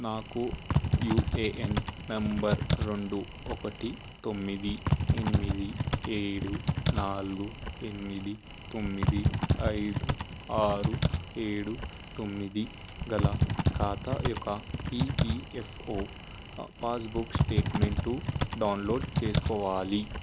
నాకు UAN number రెండు ఒకతి తొమ్మిది ఎనిమిది ఏడు నాలుగు ఎన్మిది తొమ్మిది ఐదు ఆరు ఏడు తొమ్మిది గల ఖాతా యొక ఈపిఎఫ్ఓ పాస్బుక్ స్టేట్మెంటు డౌన్లోడ్ చేసుకోవాలి